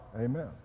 amen